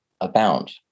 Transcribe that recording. abound